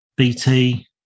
BT